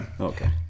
Okay